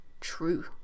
true